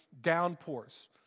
downpours